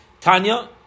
Tanya